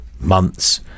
months